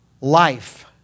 life